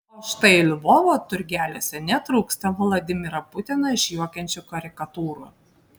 o štai lvovo turgeliuose netrūksta vladimirą putiną išjuokiančių karikatūrų